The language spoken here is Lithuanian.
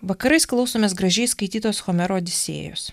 vakarais klausomės gražiai skaitytos homero odisėjos